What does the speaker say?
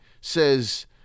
says